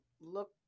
look